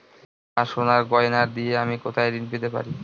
আমার সোনার গয়নার দিয়ে আমি কোথায় ঋণ পেতে পারি?